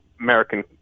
American